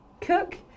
Cook